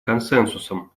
консенсусом